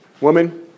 Woman